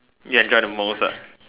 you enjoy the most ah